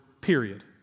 period